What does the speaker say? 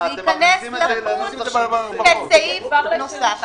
זה ייכנס כסעיף נוסף.